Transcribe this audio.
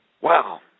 Wow